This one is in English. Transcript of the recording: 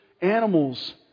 animals